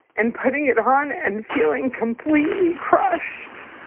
and putting it on and feeling completely crushed,